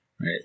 right